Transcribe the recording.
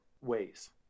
ways